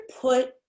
put